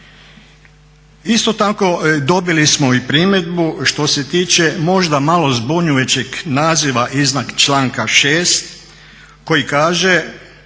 Isto tak dobili smo i primjedbu što se tiče možda malo zbunjujućeg naziva iznad članka 6.koji kaže: